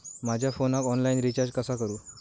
माझ्या फोनाक online recharge कसा करू?